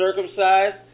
circumcised